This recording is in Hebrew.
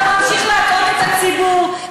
אתה ממשיך להטעות את הציבור,